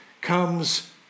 comes